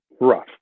rough